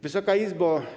Wysoka Izbo!